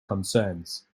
concerns